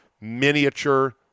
miniature